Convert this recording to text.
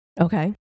Okay